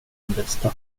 bästa